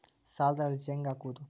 ಸಾಲದ ಅರ್ಜಿ ಹೆಂಗ್ ಹಾಕುವುದು?